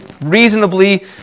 reasonably